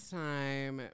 time